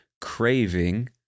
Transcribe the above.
craving